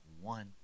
one